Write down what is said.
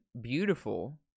beautiful